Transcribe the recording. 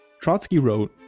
trotski wrote,